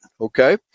Okay